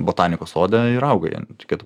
botanikos sode ir auga jie reikėtų